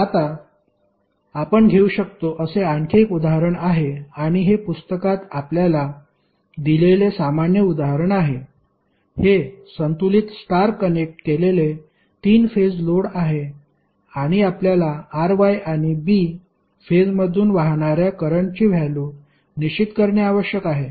आता आपण घेऊ शकतो असे आणखी एक उदाहरण आहे आणि हे पुस्तकात आपल्याला दिलेले सामान्य उदाहरण आहे हे संतुलित स्टार कनेक्ट केलेले 3 फेज लोड आहे आणि आपल्याला R Y आणि B फेजमधून वाहणार्या करंटची व्हॅल्यु निश्चित करणे आवश्यक आहे